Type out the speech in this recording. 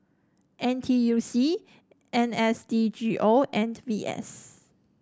N T U C N S D G O and V S